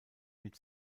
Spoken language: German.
mit